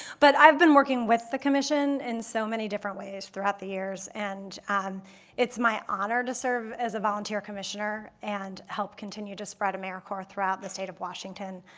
but i've been working with the commission in so many different ways throughout the years, and it's my honor to serve as a volunteer commissioner and help continue to spread americorps throughout the state of washington.